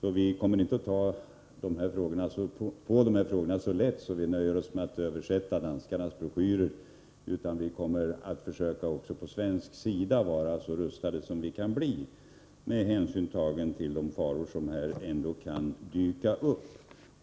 Vi kommer alltså inte att ta så lätt på de här frågorna att vi nöjer oss med att översätta danskarnas broschyrer, utan vi kommer att försöka vara så rustade som vi kan bli också på svensk sida med hänsyn tagen till de faror som kan dyka upp.